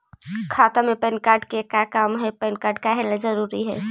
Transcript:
खाता में PAN card के का काम है पैन कार्ड काहे ला जरूरी है?